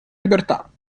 libertà